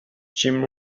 jim